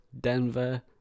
Denver